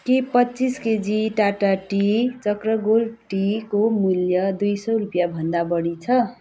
के पच्चिस KG Tata tea Chakra gold टीको मूल्य दुई सय रुपियाँभन्दा बढी छ